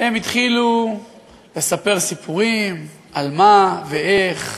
והם התחילו לספר סיפורים על מה, ואיך,